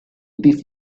this